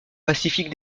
pacifique